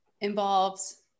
involves